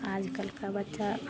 आज कल का बच्चा